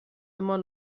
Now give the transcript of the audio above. immer